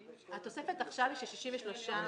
התוספת עכשיו היא של 63 מיליון.